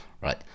right